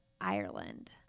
Ireland